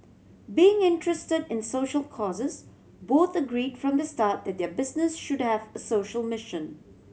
being interested in social causes both agree from the start that their business should have a social mission